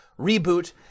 reboot